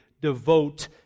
devote